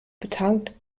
betankt